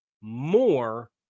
more